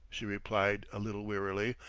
she replied a little wearily,